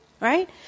right